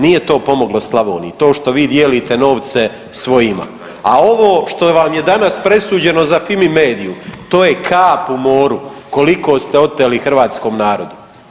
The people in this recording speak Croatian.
Nije to pomoglo Slavoniji, to što vi dijelite novce svojima, a ovo što vam je danas presuđeno za Fimi mediju to je kap u moru koliko ste oteli hrvatskom narodu.